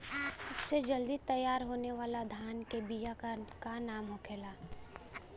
सबसे जल्दी तैयार होने वाला धान के बिया का का नाम होखेला?